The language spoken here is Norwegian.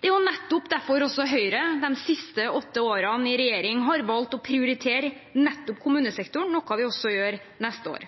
Det er nettopp derfor Høyre de siste åtte årene i regjering har valgt å prioritere nettopp kommunesektoren, noe vi også gjør neste år.